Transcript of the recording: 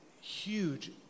huge